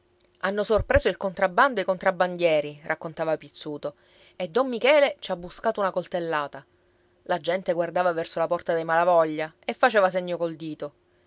hanno sorpreso il contrabbando e i contrabbandieri raccontava pizzuto e don michele ci ha buscato una coltellata la gente guardava verso la porta dei malavoglia e faceva segno col dito